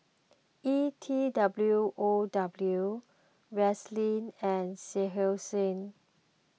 E T W O W Vaseline and Seinheiser